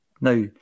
now